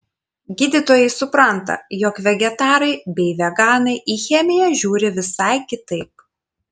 gydytojai supranta jog vegetarai bei veganai į chemiją žiūri visai kitaip